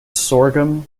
sorghum